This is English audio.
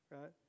right